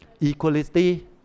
Equality